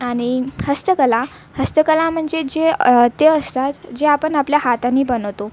आणि हस्तकला हस्तकला म्हणजे जे ते असतात जे आपण आपल्या हातानी बनवतो